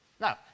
Now